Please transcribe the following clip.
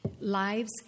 lives